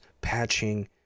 patching